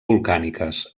volcàniques